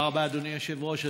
תודה רבה, אדוני היושב-ראש.